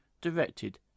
directed